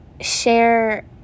share